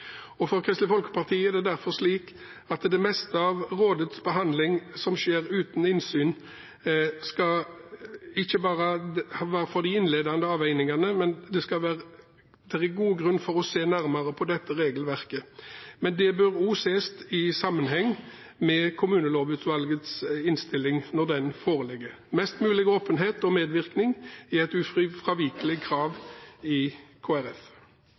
For Kristelig Folkeparti er det derfor slik at dersom det meste av rådets behandling skjer uten innsyn, og ikke bare de innledende avveiningene, er det god grunn til å se nærmere på regelverket, men det bør også ses i sammenheng med Kommunelovutvalgets innstilling når den foreligger. Mest mulig åpenhet og medvirkning er et ufravikelig krav for Kristelig Folkeparti. I